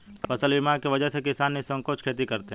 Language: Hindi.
फसल बीमा की वजह से किसान निःसंकोच खेती करते हैं